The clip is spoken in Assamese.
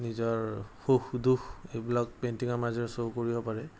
নিজৰ সুখ দুখ এইবিলাক পেইণ্টিংৰ মাজেৰে শ্ব' কৰিব পাৰে